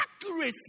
Accuracy